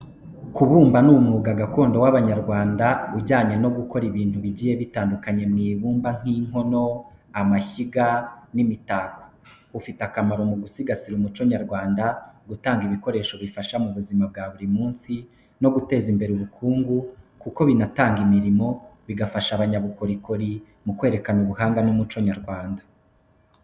Kubumba ni umwuga gakondo w’Abanyarwanda ujyanye no gukora ibintu bigiye bitandukanye mu ibumba, nk’inkono, amashyiga, n’imitako. Ufite akamaro mu gusigasira umuco nyarwanda, gutanga ibikoresho bifasha mu buzima bwa buri munsi, no guteza imbere ubukungu kuko binatanga imirimo, bigafasha abanyabukorikori mu kwerekana ubuhanga n’umuco nyarwanda.